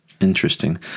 Interesting